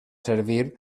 servir